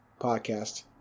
podcast